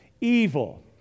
evil